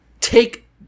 take